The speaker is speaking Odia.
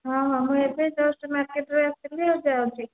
ହଁ ହଁ ମୁଁ ଏବେ ଜଷ୍ଟ ମାର୍କେଟରୁ ଆସିଲି ଆଉ ଯାଉଛି